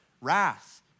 wrath